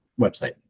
website